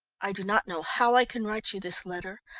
i do not know how i can write you this letter.